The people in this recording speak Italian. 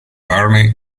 barney